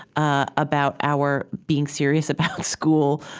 ah about our being serious about school,